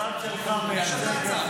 תגיש אתה הצעת חוק.